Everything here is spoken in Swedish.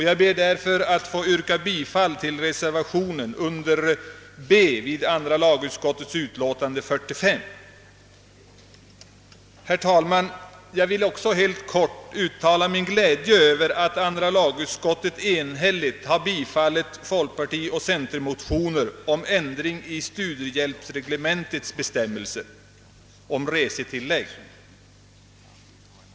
Jag ber att få yrka bifall till reservationen vid andra lagutskottets hemställan under B. Herr talman! Jag vill också helt kort uttala min glädje över att andra lagutskottet enhälligt biträtt folkpartiets och centerpartiets motioner om ändring i studiehjälpsreglementets bestämmelser beträffande resetillägg.